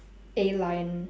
A line